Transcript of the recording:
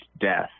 death